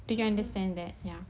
do you understand that ya